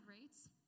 rates